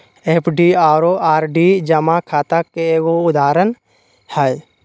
FD आरो RD जमा खाता के एगो उदाहरण हय